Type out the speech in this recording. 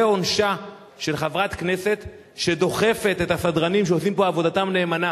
זה עונשה של חברת כנסת שדוחפת את הסדרנים שעושים פה עבודתם נאמנה.